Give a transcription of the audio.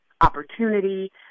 opportunity